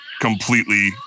completely